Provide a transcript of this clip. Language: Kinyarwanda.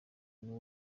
niwe